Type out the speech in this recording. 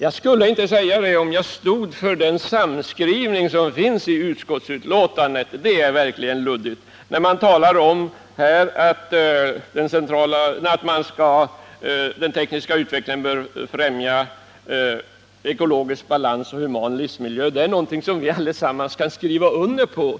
Jag skulle inte säga det, om jag stod för den samskrivning som finns i utskottsbetänkandet, för där är man verkligen luddig. När man talar om att den tekniska utvecklingen bör främja ekologisk balans och human livsmiljö, så är ju det någonting som vi allesammans kan skriva under på.